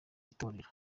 itorero